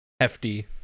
hefty